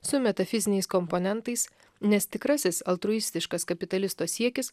su metafiziniais komponentais nes tikrasis altruistiškas kapitalisto siekis